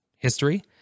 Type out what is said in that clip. history